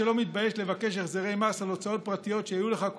שלא מתבייש לבקש החזרי מס על הוצאות פרטיות שהיו לך,